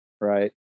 right